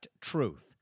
Truth